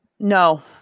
No